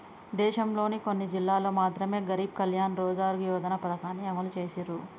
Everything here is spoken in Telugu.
దేశంలోని కొన్ని జిల్లాల్లో మాత్రమె గరీబ్ కళ్యాణ్ రోజ్గార్ యోజన పథకాన్ని అమలు చేసిర్రు